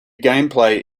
gameplay